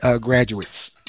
graduates